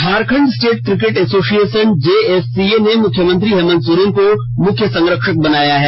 Jharkhand state cricket association JSCA ने मुख्यमंत्री हेमन्त सोरेन को मुख्य संरक्षक बनाया है